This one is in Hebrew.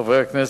חברי הכנסת,